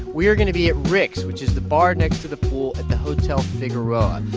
we're going to be at rick's, which is the bar next to the pool at the hotel figueroa.